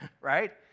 right